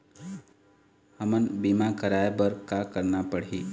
हमन बीमा कराये बर का करना पड़ही?